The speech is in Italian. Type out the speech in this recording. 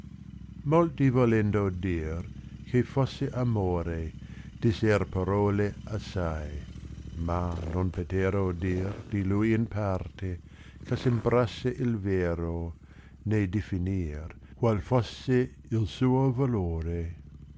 lolti volendo dir che fosse amore disser parole assai ma non poterò dir di lui in parte eh assembrasse il vero né diffinir qual fosse il suo valore